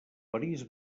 parís